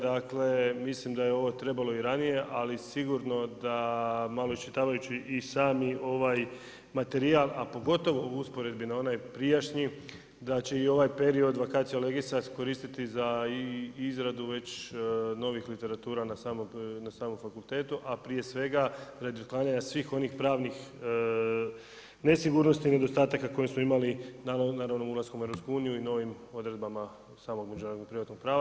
Dakle, mislim da je ovo trebalo i ranije, ali sigurno da malo iščitavajući i sami ovaj materijal, a pogotovo u usporedbi na onaj prijašnji da će i ovaj period vacatio legisa koristiti za izradu već novih literatura na samom fakultetu, a prije svega radi uklanjanja svih onih pravnih nesigurnosti, nedostataka koje smo imali naravno ulaskom u EU i novim odredbama samog međunarodnog privatnog prava.